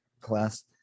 class